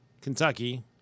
Kentucky